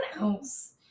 else